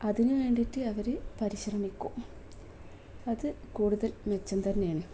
അതിനു വേണ്ടിയിട്ട് അവർ പരിശ്രമിക്കും അതു കൂടുതൽ മെച്ചം തന്നെയാണ്